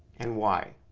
and why?